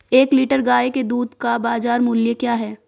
एक लीटर गाय के दूध का बाज़ार मूल्य क्या है?